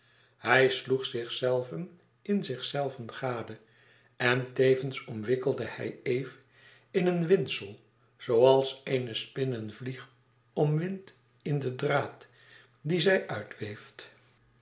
hij sloeg zichzelven in zichzelven gade en tevens omwikkelde hij eve in een windsel zooals eene spin eene vlieg omwindt in den draad dien zij uitweeft